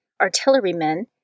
artillerymen